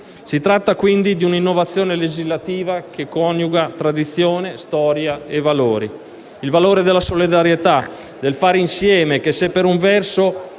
Si tratta, quindi, di una innovazione legislativa che coniuga tradizione, storia e valori. Ad esempio il valore della solidarietà, del fare insieme, che se per un verso